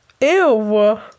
Ew